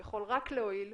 זה יכול רק להועיל.